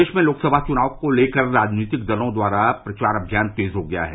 प्रदेश में लोकसभा चुनाव को लेकर राजनीतिक दलों द्वारा प्रचार अभियान तेज हो गया है